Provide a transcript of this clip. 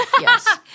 yes